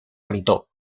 gritó